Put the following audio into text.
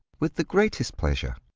with the greatest pleasure.